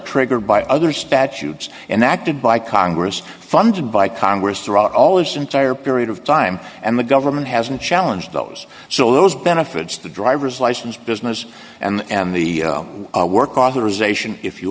triggered by other statutes and acted by congress funded by congress throughout all its entire period of time and the government hasn't challenge those so those benefits the driver's license business and the work authorization if you